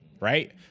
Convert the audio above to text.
Right